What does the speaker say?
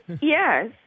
Yes